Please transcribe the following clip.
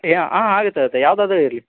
ಏ ಆಗುತ್ತೆ ಆಗುತ್ತೆ ಯಾವುದಾದ್ರು ಇರಲಿ